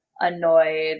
annoyed